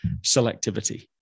selectivity